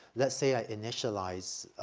let's say i initialize,